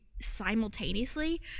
simultaneously